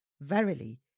Verily